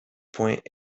point